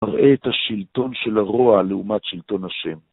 מראה את השלטון של הרוע לעומת שלטון השם.